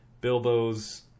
bilbo's